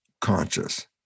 conscious